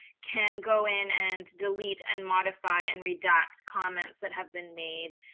can go in and delete, and modify, and redact comments that have been made.